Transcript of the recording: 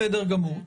בסדר גמור.